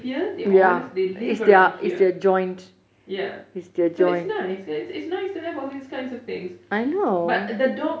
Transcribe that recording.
here they always they live around here ya so it's nice ya it's nice to have all these kinds of things but the dogs